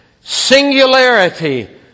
Singularity